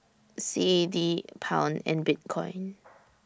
C A D Pound and Bitcoin